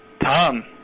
Tom